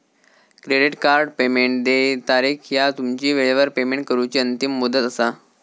credit card payment देय तारीख ह्या तुमची वेळेवर पेमेंट करूची अंतिम मुदत असा